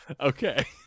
Okay